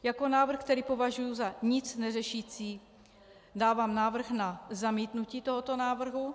Jako návrh to považuji za nicneřešící a dávám návrh na zamítnutí tohoto návrhu.